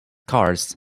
cars